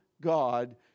God